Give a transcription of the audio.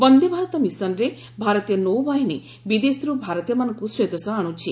ବନ୍ଦେ ଭାରତ ମିଶନ୍ରେ ଭାରତୀୟ ନୌବାହିନୀ ବିଦେଶରୁ ଭାରତୀୟମାନଙ୍କୁ ସ୍ୱଦେଶ ଆଣୁଛି